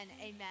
Amen